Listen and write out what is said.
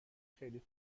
خیلی